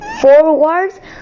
forward